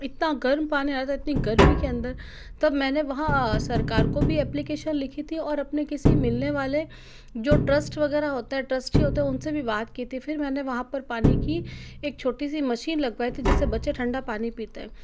इतना गर्म पानी आ रहा था इतनी गर्मी के अन्दर तब मैंने वहाँ सरकार को भी एप्लीकेशन लिखी थी और अपने किसी मिलने वाले जो ट्रस्ट वग़ैरह होता है ट्रस्टी होते हैं उन से भी बात की थी फिर मैंने वहाँ पर पानी की एक छोटी सी मशीन लगवाई थी जिस से बच्चे ठंडा पानी पिते हैं